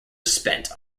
spent